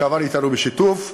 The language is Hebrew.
שעבד אתנו בשיתוף.